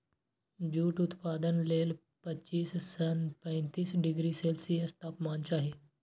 jute उत्पादन लेल पच्चीस सं पैंतीस डिग्री सेल्सियस तापमान चाही